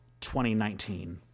2019